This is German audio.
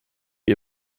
wir